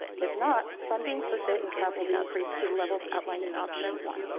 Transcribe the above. if not funding for fit and capital, be increased to the levels. outlined in options one,